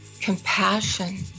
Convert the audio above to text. compassion